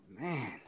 Man